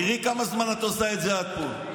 תראי כמה זמן את עושה את זה עד פה.